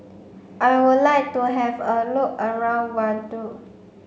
I would like to have a look around Vaduz